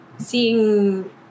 seeing